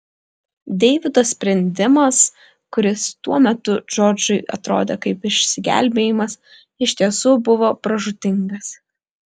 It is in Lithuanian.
deivido sprendimas kuris tuo metu džordžui atrodė kaip išsigelbėjimas iš tiesų buvo pražūtingas